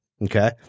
Okay